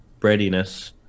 breadiness